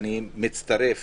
ואני מצטרף